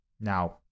Now